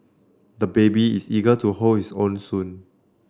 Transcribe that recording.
the baby is eager to hold his own spoon